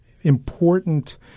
important